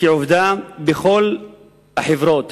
כעובדה בכל החברות,